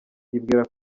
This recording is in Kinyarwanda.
yibwira